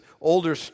older